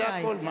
זה הכול.